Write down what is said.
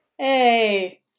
Hey